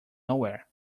nowhere